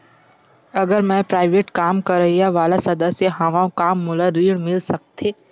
अगर मैं प्राइवेट काम करइया वाला सदस्य हावव का मोला ऋण मिल सकथे?